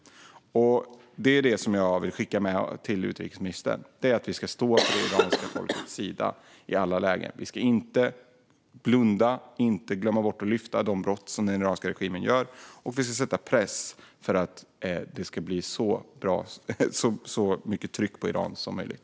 Det är det jag vill skicka med utrikesministern - att vi ska stå på det iranska folkets sida i alla lägen. Vi ska inte blunda och inte glömma bort att lyfta de brott som den iranska regimen begår, och vi ska sätta så mycket tryck på Iran som möjligt.